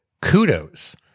Kudos